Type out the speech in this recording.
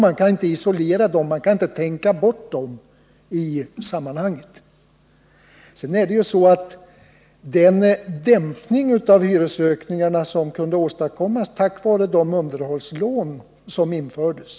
Man kan inte isolera dem, man kan inte tänka bort dem i sammanhanget. Hyresökningarna kunde dämpas tack vare de underhållslån som infördes.